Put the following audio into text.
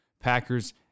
Packers